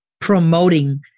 promoting